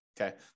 Okay